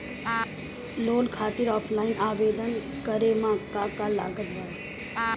Loan खातिर offline आवेदन करे म का का लागत बा?